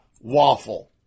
waffle